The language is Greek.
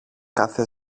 κάθε